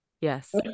Yes